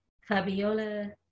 Fabiola